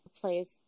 plays